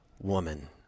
woman